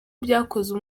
byakozwe